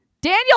Daniel